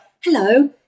Hello